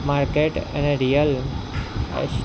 market અને real